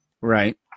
Right